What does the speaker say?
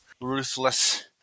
ruthless